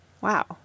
Wow